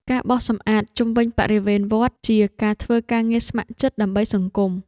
ការបោសសម្អាតជុំវិញបរិវេណវត្តជាការធ្វើការងារស្ម័គ្រចិត្តដើម្បីសង្គម។